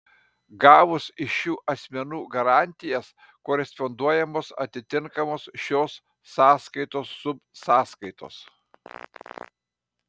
gavus iš šių asmenų garantijas koresponduojamos atitinkamos šios sąskaitos subsąskaitos